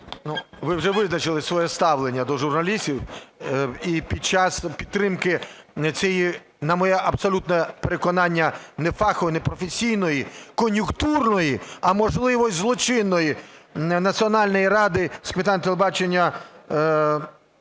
ви вже визначили своє ставлення до журналістів. І під час підтримки, на моє абсолютне переконання, нефахової, непрофесійної, кон'юнктурної, а, можливо, і злочинної Національної ради з питань телебачення